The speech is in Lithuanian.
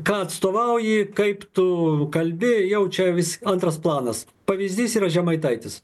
ką atstovauji kaip tu kalbi jau čia vis antras planas pavyzdys yra žemaitaitis